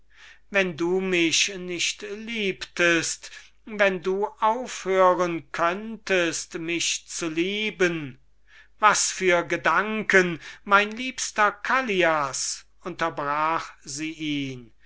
wenn du mich nicht liebtest wenn du aufhören könntest mich zu lieben was für gedanken mein liebster callias unterbrach sie ihn